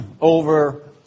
over